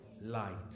light